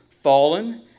Fallen